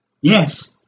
yes